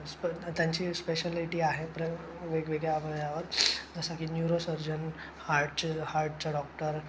स्पे त्यांची स्पेशालिटी आहे प्र वेगवेगळ्या आवयवांवर जसं की न्यूरोसर्जन हार्टचं हार्टचं डॉक्टर